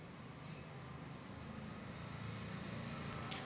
हर महिन्यासाठी किस्त पडनार का?